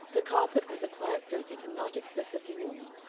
the carpet was a quiet drugget and not excessively worn,